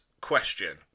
question